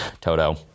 Toto